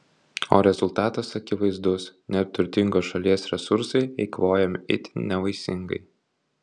o rezultatas akivaizdus neturtingos šalies resursai eikvojami itin nevaisingai